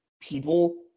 people